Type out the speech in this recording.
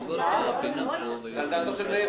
בין הליכוד,